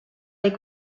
les